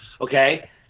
Okay